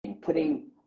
putting